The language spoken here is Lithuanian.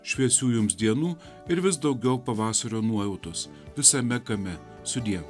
šviesių jums dienų ir vis daugiau pavasario nuojautos visame kame sudie